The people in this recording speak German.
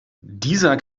dieser